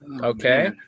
Okay